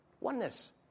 Oneness